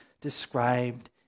described